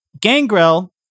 gangrel